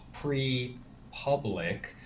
pre-public